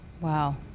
Wow